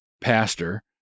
pastor